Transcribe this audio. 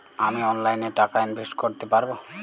আমি অনলাইনে টাকা ইনভেস্ট করতে পারবো?